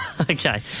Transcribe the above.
Okay